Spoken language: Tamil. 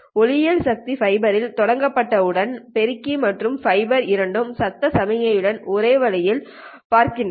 ஒளியியல் சக்தி ஃபைபரில் தொடங்கப்பட்டவுடன் பெருக்கி மற்றும் ஃபைபர் இரண்டும்சத்தம் சமிக்ஞையையும் ஒரே வழியில் பார்க்கின்றன